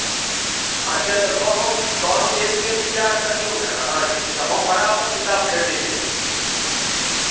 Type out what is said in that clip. अच्छा तऽ कहलहुँ कहलहुँ एक बेर विचार करियौ ने अहाँ जे छै से हम बराबर किताब खरीदैत रहै छी